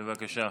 בבקשה.